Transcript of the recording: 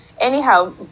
anyhow